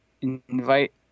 invite